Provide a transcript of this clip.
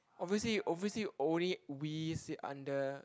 obviously obviously only we sit under